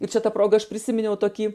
ir čia ta proga aš prisiminiau tokį